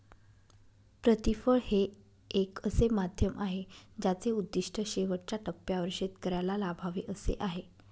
प्रतिफळ हे एक असे माध्यम आहे ज्याचे उद्दिष्ट शेवटच्या टप्प्यावर शेतकऱ्याला लाभावे असे आहे